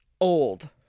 old